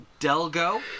Delgo